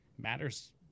matters